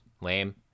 Lame